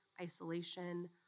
isolation